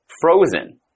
frozen